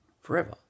forever